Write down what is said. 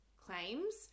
claims